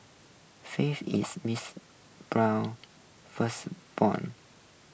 faith is Mister Brown's firstborn